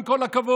עם כל הכבוד.